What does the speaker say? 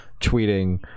tweeting